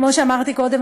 כמו שאמרתי קודם,